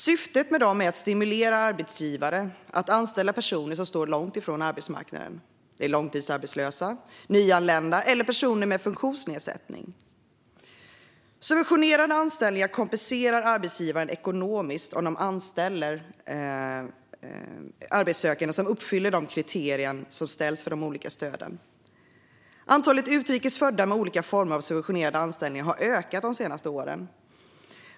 Syftet med dem är att stimulera arbetsgivare att anställa personer som står långt från arbetsmarknaden. Det är långtidsarbetslösa, nyanlända eller personer med funktionsnedsättning. Subventionerade anställningar kompenserar arbetsgivare ekonomiskt om de anställer arbetssökande som uppfyller de kriterier som ställs för de olika stöden. Antalet utrikes födda med olika former av subventionerade anställningar har ökat de senaste åren.